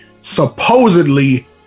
supposedly